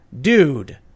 dude